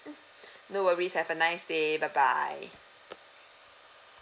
mm no worries have a nice day bye bye